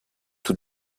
tout